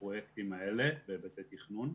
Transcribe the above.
לפרויקטים האלה בהיבטי תכנון.